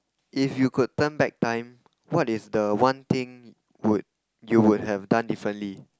if you could turn back time what is the one thing would you would have done differently